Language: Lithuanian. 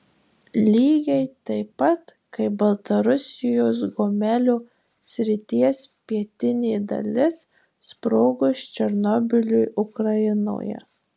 lygiai taip pat kaip baltarusijos gomelio srities pietinė dalis sprogus černobyliui ukrainoje